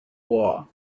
war